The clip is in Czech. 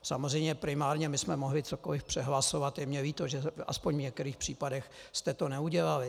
Samozřejmě primárně my jsme mohli cokoliv přehlasovat, je mně líto, že aspoň v některých případech jste to neudělali.